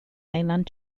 mainland